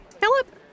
Philip